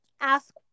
ask